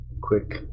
quick